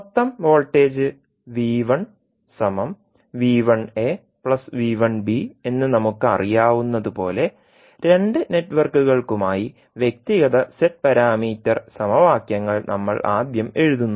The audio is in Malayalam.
മൊത്തം വോൾട്ടേജ് എന്ന് നമുക്കറിയാവുന്നതുപോലെ രണ്ട് നെറ്റ്വർക്കുകൾക്കുമായി വ്യക്തിഗത z പാരാമീറ്റർ സമവാക്യങ്ങൾ നമ്മൾ ആദ്യം എഴുതുന്നു